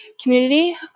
community